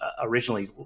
originally